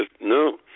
No